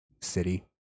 City